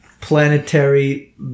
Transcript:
Planetary